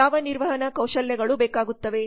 ಯಾವ ನಿರ್ವಹಣಾ ಕೌಶಲ್ಯಗಳು ಬೇಕಾಗುತ್ತವೆ